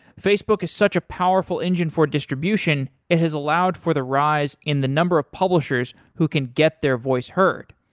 facebook is such a powerful engine for distribution it has allowed for the rise in the number of publishers who can get their voice heard,